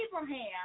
Abraham